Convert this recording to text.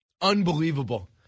Unbelievable